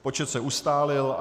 Počet se ustálil.